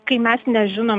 kai mes nežinom